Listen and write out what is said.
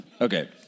Okay